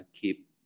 keep